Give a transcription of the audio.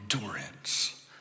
endurance